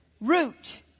root